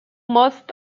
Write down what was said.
most